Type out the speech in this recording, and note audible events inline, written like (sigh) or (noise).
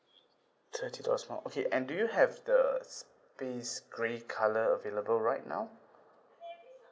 thirty dollars more okay and do you have the space grey colour available right now (breath)